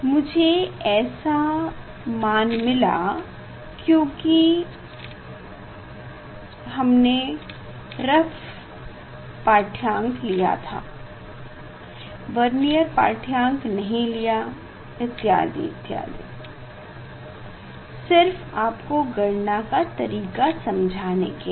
मुझे ऐसा मान मिला क्यूकी हमने रफ पाढ़यांक लिया था वर्नियर पाठ्यांक नहीं लिया इत्यादि इत्यादि सिर्फ आपको गणना का तरीका समझने के लिए